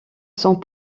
sont